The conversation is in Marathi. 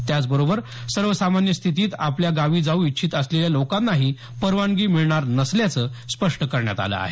त्याचबरोबर सर्वसामान्य स्थितीत आपल्या गावी जाऊ इच्छित असलेल्या लोकांनाही परवानगी मिळणार नसल्याचं स्पष्ट करण्यात आलं आहे